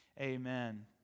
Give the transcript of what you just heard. amen